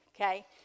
Okay